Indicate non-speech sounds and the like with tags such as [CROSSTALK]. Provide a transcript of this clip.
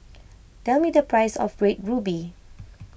[NOISE] tell me the price of Red Ruby [NOISE]